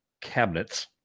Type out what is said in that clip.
cabinets